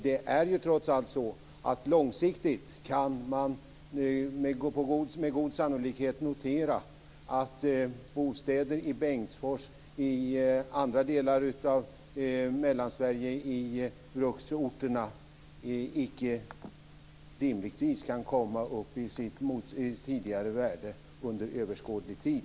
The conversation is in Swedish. Med god sannolikhet kan man anta att bostäder i Bengtsfors och i bruksorterna i Mellansverige icke rimligtvis kan komma upp i sitt tidigare värde under överskådlig tid.